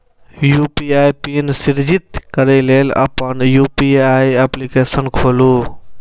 UPI pin सृजित करै लेल अपन यू.पी.आई एप्लीकेशन खोलू